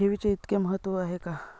ठेवीचे इतके महत्व का आहे?